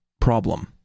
problem